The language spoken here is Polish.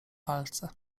palce